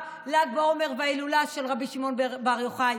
ל"ג בעומר וההילולה של רבי שמעון בר יוחאי,